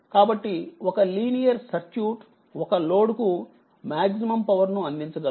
కాబట్టిఒక linear circuit ఒక load కు maximum power ను అందించగలదు